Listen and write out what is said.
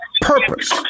purpose